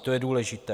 To je důležité.